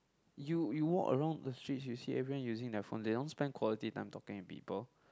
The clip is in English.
you you walk around the streets you see everyone using their phone they don't spend quality time talking to people